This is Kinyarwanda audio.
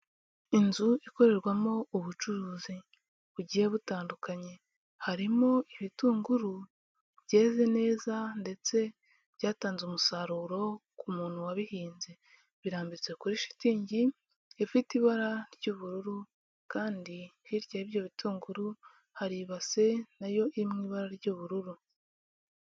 Inzu ikorerwamo ubucuruzi bugiye butandukanye, harimo ibitunguru byeze neza ndetse byatanze umusaruro ku muntu wabihinze, birambitse kuri shitingi ifite ibara ry'ubururu, kandi hirya y'ibyo bitunguru hari ibase nayo iri mu ibara ry'ubururu.